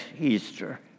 Easter